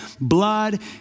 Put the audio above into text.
blood